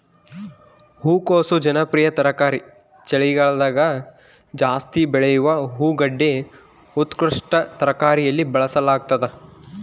ಹೂಕೋಸು ಜನಪ್ರಿಯ ತರಕಾರಿ ಚಳಿಗಾಲದಗಜಾಸ್ತಿ ಬೆಳೆಯುವ ಹೂಗಡ್ಡೆ ಉತ್ಕೃಷ್ಟ ತರಕಾರಿಯಲ್ಲಿ ಬಳಸಲಾಗ್ತದ